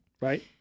right